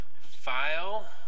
File